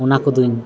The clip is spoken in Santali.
ᱚᱱᱟ ᱠᱚᱫᱚᱧ